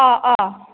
अह अह